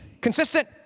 consistent